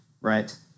right